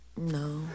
No